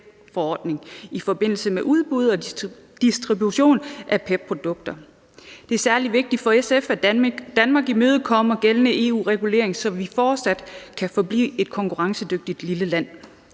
i forbindelse med udbud og distribution af PEPP-produkter. Det er særlig vigtigt for SF, at Danmark imødekommer gældende EU-regulering, så vi kan forblive et konkurrencedygtigt lille land.